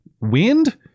wind